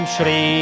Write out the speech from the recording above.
Shri